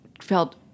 felt